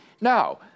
Now